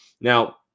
Now